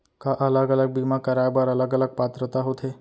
का अलग अलग बीमा कराय बर अलग अलग पात्रता होथे?